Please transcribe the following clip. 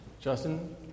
Justin